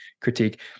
critique